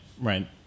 right